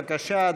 בבקשה,